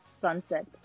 Sunset